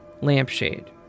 lampshade